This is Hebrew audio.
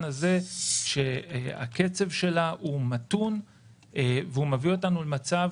הזה שהקצב שלה הוא מתון והוא מביא אותנו למצב